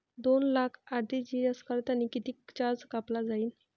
दोन लाख आर.टी.जी.एस करतांनी कितीक चार्ज कापला जाईन?